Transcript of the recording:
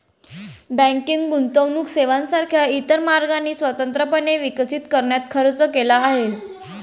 banking गुंतवणूक सेवांसारख्या इतर मार्गांनी स्वतंत्रपणे विकसित करण्यात खर्च केला आहे